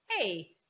Hey